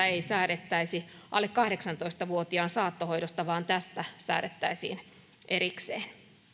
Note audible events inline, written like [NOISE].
[UNINTELLIGIBLE] ei säädettäisi alle kahdeksantoista vuotiaan saattohoidosta vaan tästä säädettäisiin erikseen